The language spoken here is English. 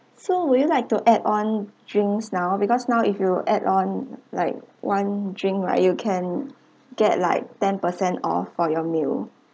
so would you like to add on drinks now because now if you add on like one drink right you can get like ten percent off for your meal